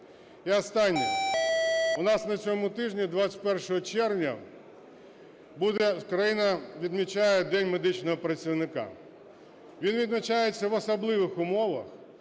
І останнє, у нас на цьому тижні 21 червня буде, країна відмічає День медичного працівника. Він відмічається в особливих умовах.